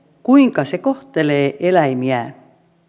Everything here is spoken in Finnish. kuinka se kohtelee eläimiään